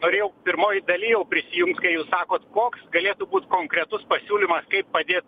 norėjau pirmoj daly jau prisijungt kai jūs sakot koks galėtų būt konkretus pasiūlymas kaip padėt